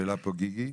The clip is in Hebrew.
שהעלה פה מר גיגי.